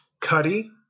Cuddy